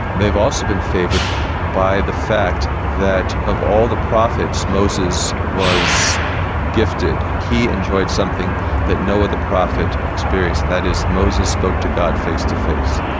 they've also been favoured by the fact that, of all the prophets, moses was gifted. he enjoyed something that no other prophet experienced. that is, moses spoke to god face to face.